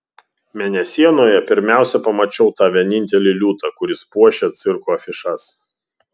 mėnesienoje pirmiausia pamačiau tą vienintelį liūtą kuris puošia cirko afišas